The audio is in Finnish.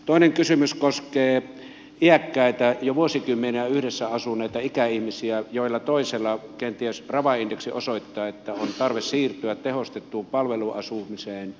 toinen kysymys koskee iäkkäitä jo vuosikymmeniä yhdessä asuneita ikäihmisiä joista toisella kenties rava indeksi osoittaa että on tarve siirtyä tehostettuun palveluasumiseen